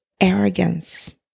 arrogance